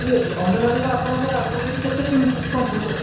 ଠିକ୍ ଅଛି ଅନୁମାନି ଆପଣଙ୍କର ଆଗରୁ ସେଠି କେତେ କେମିତି କଣ ଫୁଲ